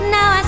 Now